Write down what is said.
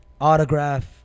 autograph